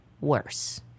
worse